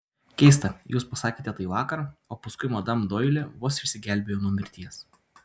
keista jūs pasakėte tai vakar o paskui madam doili vos išsigelbėjo nuo mirties